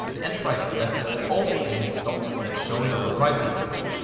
the enterprising investor should also aim for stocks that show lower price tendencies.